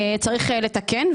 צריך לתקן.